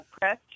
press